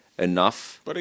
Enough